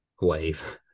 wave